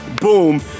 boom